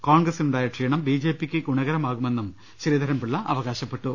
കോൺഗ്രസിനുണ്ടായ ക്ഷീണം ബിജെപിക്ക് ഗുണകരമാകു മെന്നും ശ്രീധർൻപിളള അവകാശപ്പെട്ടു